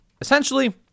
essentially